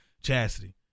Chastity